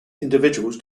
individuals